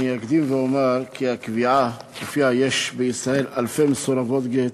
אני אקדים ואומר כי הקביעה שלפיה יש בישראל אלפי מסורבות גט,